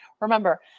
Remember